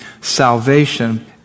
Salvation